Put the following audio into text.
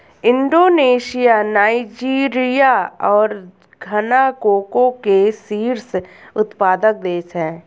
Indonesia Nigeria और Ghana cocoa के शीर्ष उत्पादक देश हैं